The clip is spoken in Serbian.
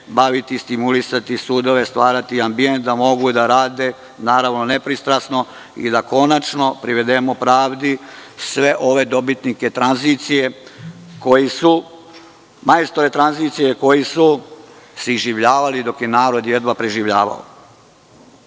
mušterija, stimulisati, sudove stvarati da mogu da rade nepristrasno i da konačno privedemo pravdi sve ove dobitnike tranzicije koji su majstori tranzicije, koji su iživljavali dok je narod jedva preživljavao?